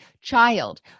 child